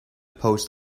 post